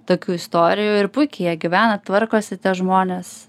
tokių istorijų ir puikiai jie gyvena tvarkosi tie žmonės